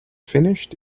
finished